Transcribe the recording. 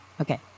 Okay